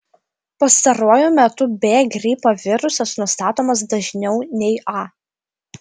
pastaruoju metu b gripo virusas nustatomas dažniau nei a